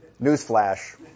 newsflash